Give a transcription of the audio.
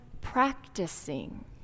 practicing